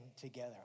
together